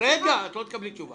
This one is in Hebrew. רגע, לא קיבלתי תשובה